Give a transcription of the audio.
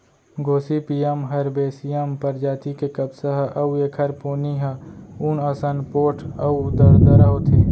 Gossypium herbaceum परजाति के कपसा ह अउ एखर पोनी ह ऊन असन पोठ अउ दरदरा होथे